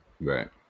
Right